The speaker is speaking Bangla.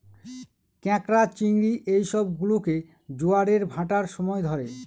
ক্যাঁকড়া, চিংড়ি এই সব গুলোকে জোয়ারের ভাঁটার সময় ধরে